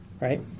right